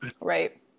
Right